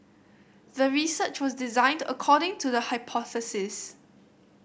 the research was designed according to the hypothesis